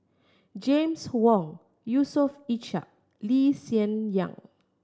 James Wong Yusof Ishak Lee Hsien Yang